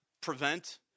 prevent